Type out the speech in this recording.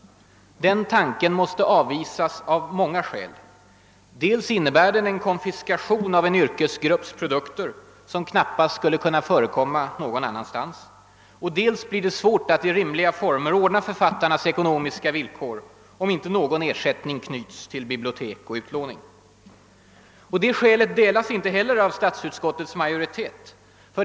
Den tanken måste avvisas av många skäl. Dels innebär den en konfiskation av en yrkesgrupps produkter som knappast skulle kunna förekomma någon annanstans. Dels blir det svårt att i rimliga former ordna författarnas ekonomiska villkor, om inte någon ersättning knyts till bibliotek och utlåning. Den synen delas inte heller av statsutskottets majoritet.